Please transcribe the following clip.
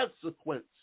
consequence